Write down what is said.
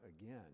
again